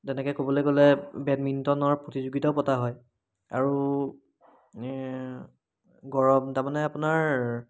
তেনেকৈ ক'বলৈ গ'লে বেডমিণ্টনৰ প্ৰতিযোগিতাও পতা হয় আৰু গৰম তাৰমানে আপোনাৰ